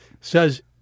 Says